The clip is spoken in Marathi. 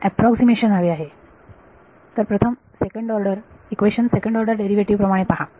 मला अॅप्रॉक्सीमेशन हवे आहे तर प्रथम इक्वेशन सेकंड ऑर्डर डेरिवेटिव प्रमाणे पहा